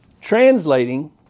translating